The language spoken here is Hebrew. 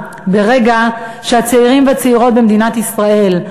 ברגע שהצעירים והצעירות במדינת ישראל,